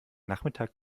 nachmittag